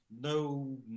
no